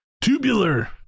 Tubular